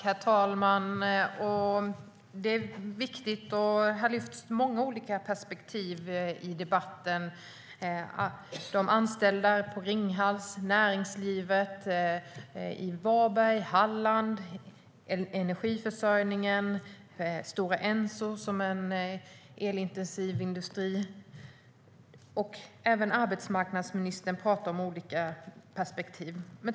Herr talman! Här lyfts många viktiga perspektiv upp i debatten. Det handlar om de anställda på Ringhals, näringslivet i Varberg och Halland, energiförsörjningen och Stora Enso som en elintensiv industri, och även arbetsmarknadsministern talar om olika perspektiv.